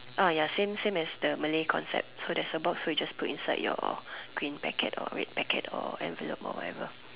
ya same same as the Malay concept so there's a box so just put inside your green packet or red packet or envelope or whatever